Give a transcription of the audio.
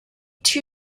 two